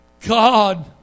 God